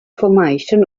formation